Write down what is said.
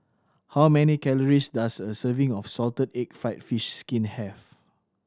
how many calories does a serving of salted egg fried fish skin have